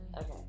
Okay